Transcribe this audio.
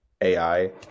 AI